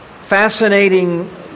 fascinating